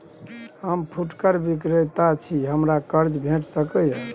हम फुटकर विक्रेता छी, हमरा कर्ज भेट सकै ये?